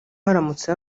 haramutse